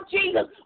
Jesus